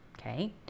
okay